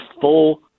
full